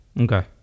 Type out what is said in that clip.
Okay